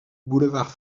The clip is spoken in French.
boulevard